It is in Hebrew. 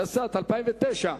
התשס"ט 2009,